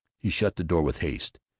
he shut the door with haste.